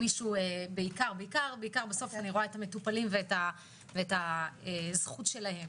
בעיקר בסוף אני רואה את המטופלים ואת הזכות שלהם.